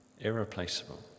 irreplaceable